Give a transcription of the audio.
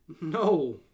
No